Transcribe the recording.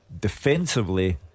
Defensively